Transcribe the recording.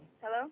Hello